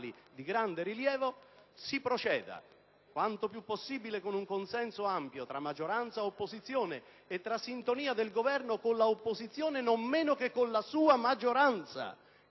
di grande rilievo - si proceda, quanto più possibile con un consenso ampio tra maggioranza e opposizione e con la sintonia del Governo con l'opposizione, non meno che con la sua maggioranza